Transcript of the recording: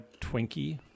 Twinkie